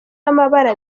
amabara